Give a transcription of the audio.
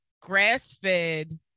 grass-fed